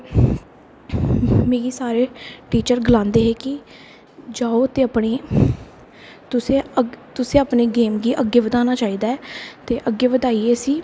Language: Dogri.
मिगी सारे टीचर गलांदे हे की जाओ ते अपनी तुसें अपनी गेम गी अग्गें बधाना चाहिदा ऐ ते अग्गें बधाइयै इसी